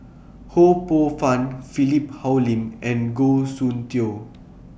Ho Poh Fun Philip Hoalim and Goh Soon Tioe